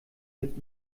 mit